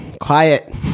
Quiet